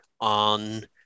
On